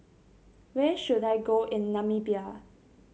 where should I go in Namibia